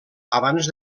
abans